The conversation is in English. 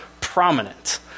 prominent